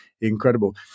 incredible